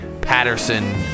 Patterson